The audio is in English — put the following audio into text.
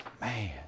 man